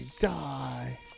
Die